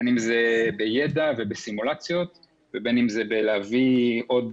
בין אם זה בידע ובסימולציות ובין אם זה להביא עוד